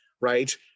right